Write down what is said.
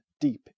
deep